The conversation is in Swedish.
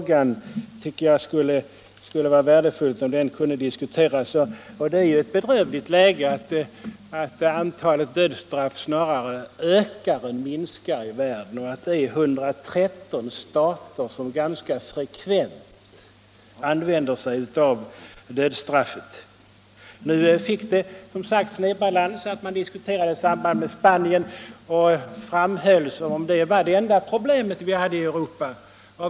Det skulle vara värdefullt om den principiella frågan kunde diskuteras. Det är ett bedrövligt läge att antalet dödsstraff snarare ökar än minskar i världen och att 113 stater ganska frekvent använder sig av dödsstraffet. Nu diskuterades denna fråga i samband med händelserna i Spanien och det framhölls som om det var det enda problem vi hade i Europa.